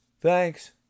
thanks